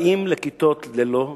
באים לכיתות ללא ספרים.